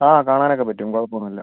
ആ കാണാനൊക്കെ പറ്റും കുഴപ്പം ഒന്നും ഇല്ല